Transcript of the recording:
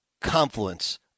confluence